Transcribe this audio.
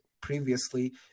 previously